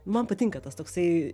man patinka tas toksai